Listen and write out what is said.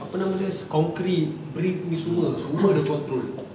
apa nama dia concrete bricks ni semua semua dia control